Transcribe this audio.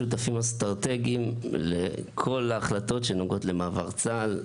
שותפים אסטרטגיים לכל ההחלטות שנוגעות למעבר צה"ל.